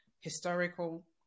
historical